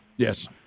Yes